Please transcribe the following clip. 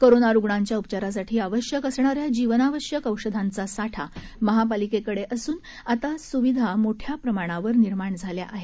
corona रुग्णांच्या उपचारासाठी आवश्यक असणाऱ्या जीवनावश्यक औषधांचा साठा महापालिकडे असून आता सुविधा मोठ्या प्रमाणावर निर्माण झाल्या आहेत